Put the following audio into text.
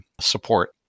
support